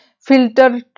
filter